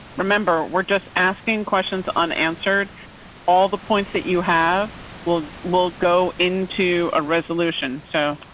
remember we're just asking questions unanswered all the points that you have will we'll go into a resolution so.